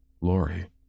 Lori